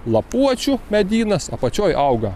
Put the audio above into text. lapuočių medynas apačioj auga